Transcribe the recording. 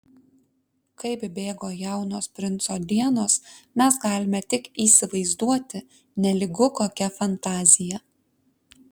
kaip bėgo jaunos princo dienos mes galime tik įsivaizduoti nelygu kokia fantazija